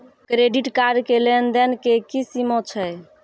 Credit card के लेन देन के की सीमा छै?